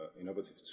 innovative